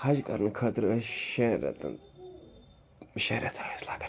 حج کَرنہٕ خٲطرٕ ٲسۍ شٮ۪ن رٮ۪تَن شےٚ رٮ۪تَھ ٲسۍ لَگان